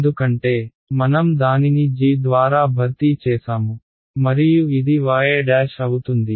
ఎందుకంటే మనం దానిని g ద్వారా భర్తీ చేసాము మరియు ఇది y అవుతుంది